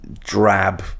Drab